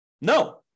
No